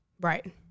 Right